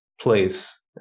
place